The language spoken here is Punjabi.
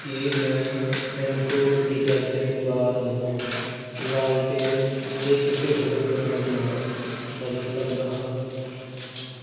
ਕੀ ਮੈਂ ਹੇਨਕੋ ਡਿਟਰਜੈਂਟ ਬਾਰ ਨੂੰ ਲਾਲਟੇਨ ਦੇ ਕਿਸੇ ਹੋਰ ਬ੍ਰਾਂਡ ਨਾਲ ਬਦਲ ਸਕਦਾ ਹਾਂ